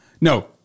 No